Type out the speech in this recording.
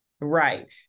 Right